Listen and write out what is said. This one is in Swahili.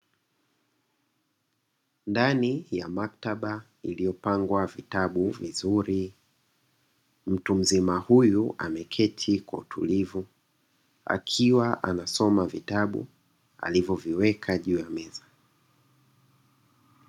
Ndani ya maktaba iliyopangwa vitabu vizuri mtu mzima huyu ameketi kwa utulivu akiwa anasoma vitabu alivyoviweka juu ya meza.